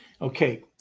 Okay